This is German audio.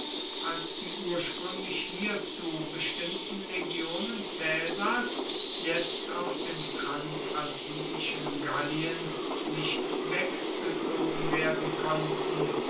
als die ursprünglich hierzu bestimmten legionen caesars jetzt aus dem transalpinischen gallien nicht weggezogen werden konnten